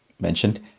mentioned